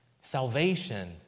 Salvation